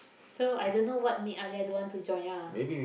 so I don't know what made Alia don't want to join ah